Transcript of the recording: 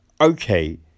Okay